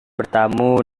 bertemu